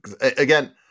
again